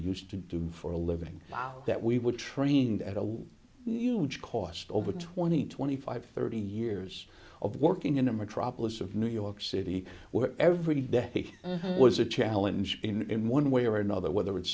used to do for a living how that we were trained at a huge cost over twenty twenty five thirty years of working in a metropolis of new york city where every death was a challenge in one way or another whether it's